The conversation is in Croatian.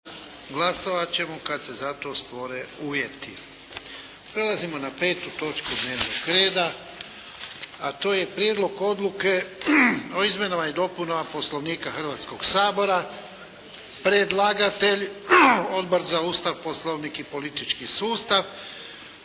**Jarnjak, Ivan (HDZ)** Prelazimo na 5. točku dnevnog reda, a to je - Prijedlog odluke o izmjenama i dopunama Poslovnika Hrvatskoga sabora, Predlagatelj: Odbor za Ustav, Poslovnik i politički sustav